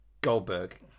Goldberg